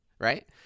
right